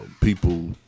people